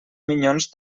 minyons